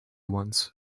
ones